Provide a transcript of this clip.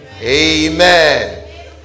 Amen